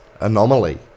anomaly